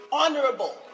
honorable